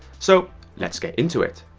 so let's get into it.